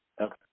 okay